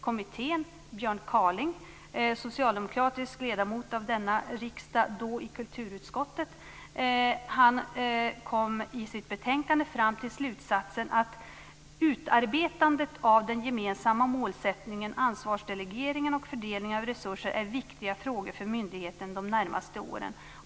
Kommittén - Björn Kaaling, socialdemokratisk ledamot av denna riksdag och då i kulturutskottet - kom i sitt betänkande fram till slutsatsen att utarbetandet av den gemensamma målsättningen, ansvarsdelegeringen och fördelningen av resurser är viktiga frågor för myndigheten de närmaste åren.